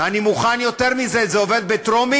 אני מוכן יותר מזה: אם זה עובר בטרומית,